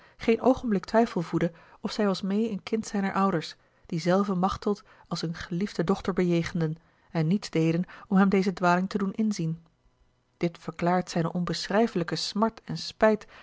geen oogenblik twijfel voedde of zij was meê een kind zijner ouders die zelven machteld als eene geliefde dochter bejegenden niets deden om hem deze dwaling te doen inzien dit verklaart zijne onbeschrijfelijke smart en spijt